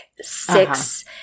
six